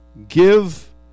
give